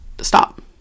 Stop